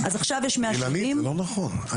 זה לא נכון.